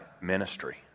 ministry